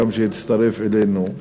שהצטרף אלינו,